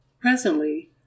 Presently